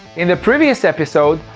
in the previous episode,